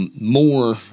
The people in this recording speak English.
more